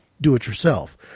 do-it-yourself